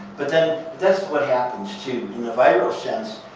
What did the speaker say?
but then, that's what happens, too. in a viral sense,